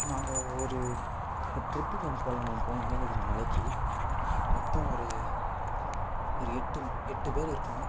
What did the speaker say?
நாங்கள் ஒரு இப்போ ட்ரெக்கிங் ஒன்று போகலான்னு இருக்கோம் ஏலகிரி மலைக்கு மொத்தம் ஒரு ஒரு எட்டு எட்டு பேர் இருப்போம்